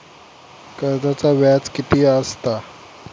कर्जाचा व्याज कीती असता?